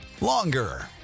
longer